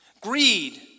Greed